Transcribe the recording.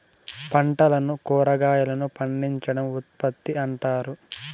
పంటలను కురాగాయలను పండించడం ఉత్పత్తి అంటారు